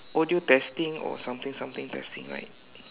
audio testing or something something testing right